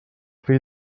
fill